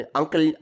uncle